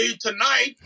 tonight